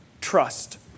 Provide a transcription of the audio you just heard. trust